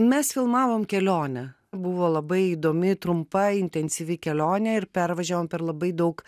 mes filmavom kelionę buvo labai įdomi trumpa intensyvi kelionė ir pervažiavom per labai daug